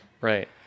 Right